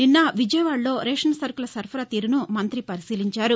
నిన్న విజయవాడలో రేషన్ సరుకుల సరఫరా తీరును మంతి పరిశీలించారు